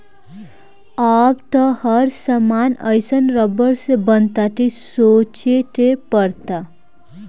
अब त हर सामान एइसन रबड़ से बनता कि सोचे के पड़ता